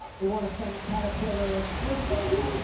we want to thank caterpillar. we're standing